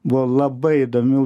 buvo labai įdomių